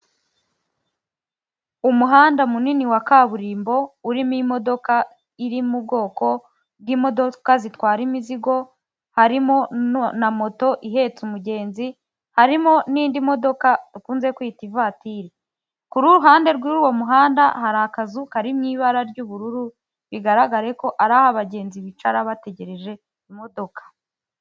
Umuhanda munini wa kaburimbo urimo imodoka iri mu bwoko bw'imodoka zitwara imizigo harimo na moto ihetse umugenzi harimo n'indi modoka ukunze kwita ivatiri, k'uruhande rw'uwo muhanda hari akazu karirimo ibara ry'ubururu bigaragare ko ari aho abagenzi bicara bategereje imodoka.